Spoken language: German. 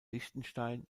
liechtenstein